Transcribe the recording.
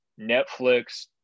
Netflix